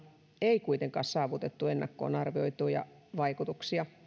ei kuitenkaan saavutettu ennakkoon arvioituja vaikutuksia